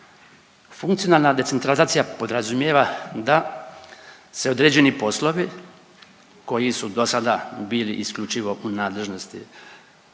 Funkcionalna decentralizacija podrazumijeva da se određeni poslovi koji su do sada bili isključivo u nadležnosti